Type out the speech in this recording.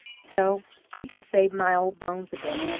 so i can save my old bones a bit.